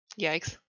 Yikes